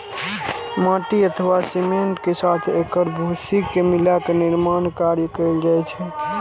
माटि अथवा सीमेंट के साथ एकर भूसी के मिलाके निर्माण कार्य कैल जाइ छै